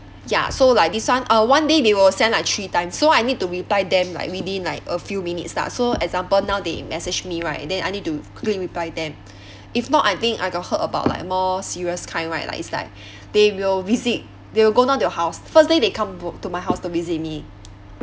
ya so like this one uh one day they will send like three times so I need to reply them like within like a few minutes lah so example now they message me right then I need to quickly reply them if not I think I got heard about like more serious kind right like it's like they will visit they will go down to your house first day they come to my house to visit me